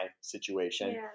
situation